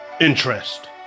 interest